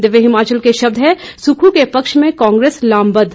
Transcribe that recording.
दिव्य हिमाचल के शब्द हैं सुक्खू के पक्ष में कांग्रेस लामबद